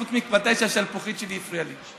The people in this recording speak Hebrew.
חוץ מכאשר השלפוחית שלי הפריעה לי,